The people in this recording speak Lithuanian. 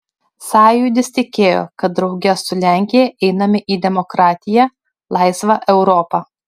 sąjūdis tikėjo kad drauge su lenkija einame į demokratiją laisvą europą